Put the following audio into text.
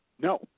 No